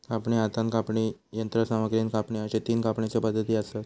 कापणी, हातान कापणी, यंत्रसामग्रीन कापणी अश्ये तीन कापणीचे पद्धती आसत